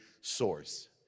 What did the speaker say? source